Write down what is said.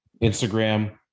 Instagram